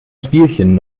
spielchen